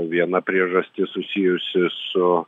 viena priežastis susijusi su